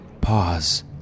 Pause